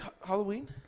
Halloween